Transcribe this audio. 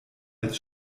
als